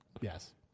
Yes